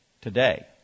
today